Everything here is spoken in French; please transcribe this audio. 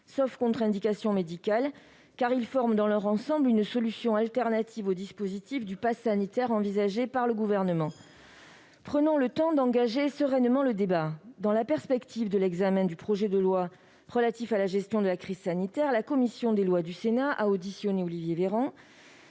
sauf contre-indications médicales, car ledit amendement prévoit une solution alternative au dispositif du passe sanitaire envisagé par le Gouvernement. Prenons le temps d'engager sereinement ce débat. Dans la perspective de l'examen du projet de loi de relatif à la gestion de la crise sanitaire, la commission des lois du Sénat a auditionné M. Olivier Véran